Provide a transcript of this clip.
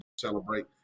celebrate